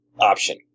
option